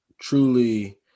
truly